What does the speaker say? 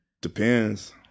Depends